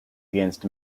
against